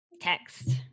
Text